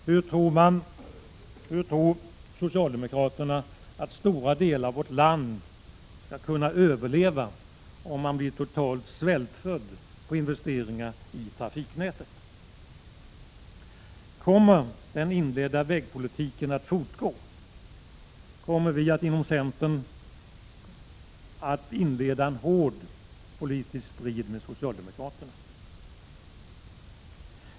Hur tror socialdemokraterna att stora delar av vårt land skall kunna överleva om man blir totalt svältfödd på investeringaritrafiknätet? Kommer den inledda vägpolitiken att fortgå kommer vi inom centern att inleda en hård politisk strid med socialdemokraterna.